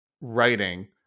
writing